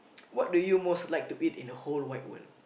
what do you most like to eat in the whole wide world